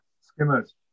skimmers